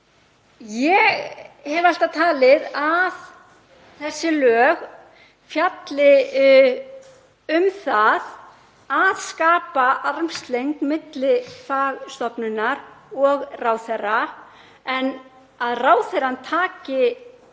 Ég hef alltaf talið að þessi lög fjalli um það að skapa armslengd milli fagstofnunar og ráðherra en að ráðherrann taki